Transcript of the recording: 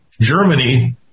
Germany